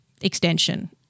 extension